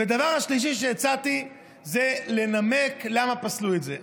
דבר שני שהצעתי הוא לנמק למה פסלו את זה.